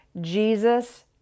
Jesus